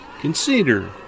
consider